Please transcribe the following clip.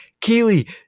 keely